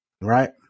Right